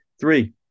Three